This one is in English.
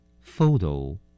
photo